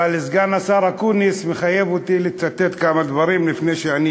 אבל סגן השר אקוניס מחייב אותי לצטט כמה דברים לפני שאני